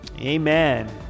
amen